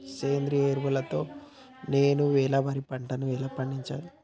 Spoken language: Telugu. సేంద్రీయ ఎరువుల తో నేను వరి పంటను ఎలా పండించాలి?